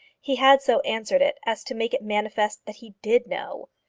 he had so answered it as to make it manifest that he did know.